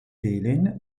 helen